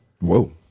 Whoa